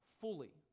fully